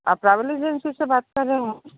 आप travel agency से बात कर रहे हो